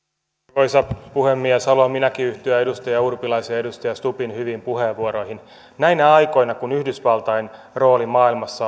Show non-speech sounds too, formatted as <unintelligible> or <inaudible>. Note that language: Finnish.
arvoisa puhemies haluan minäkin yhtyä edustaja urpilaisen ja edustaja stubbin hyviin puheenvuoroihin näinä aikoina kun yhdysvaltain rooli maailmassa <unintelligible>